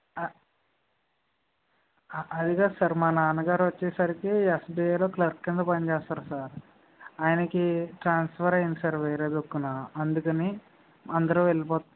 అది కాదు సార్ మా నాన్నగారు వచ్చేసరికి ఎస్బిఐలో క్లర్క్ కింద పనిచేస్తారు సార్ ఆయనకి ట్రాన్స్ఫర్ అయింది సార్ వేరే దిక్కున అందుకని అందరూ వెళిపోతున్నాం